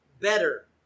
better